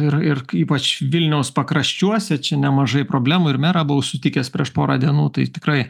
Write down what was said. ir ir ypač vilniaus pakraščiuose čia nemažai problemų ir merą buvau sutikęs prieš porą dienų tai tikrai